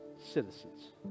citizens